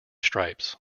stripes